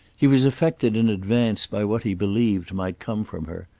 he was affected in advance by what he believed might come from her,